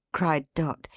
cried dot.